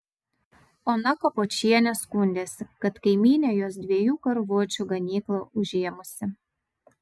ona kapočienė skundėsi kad kaimynė jos dviejų karvučių ganyklą užėmusi